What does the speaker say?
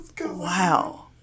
Wow